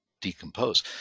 decompose